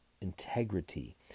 integrity